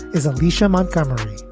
is alicia montgomery.